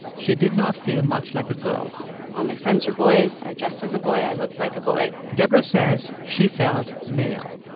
she did not feel much like a girl all my friends were boys. i dressed as a boy. i looked like a boy debra says she felt male.